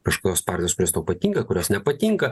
kažkokios partijos kurios tau patinka kurios nepatinka